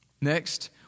Next